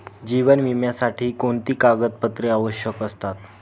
जीवन विम्यासाठी कोणती कागदपत्रे आवश्यक असतात?